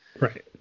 right